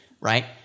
right